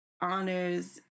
honors